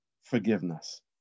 Forgiveness